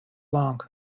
long